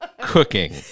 cooking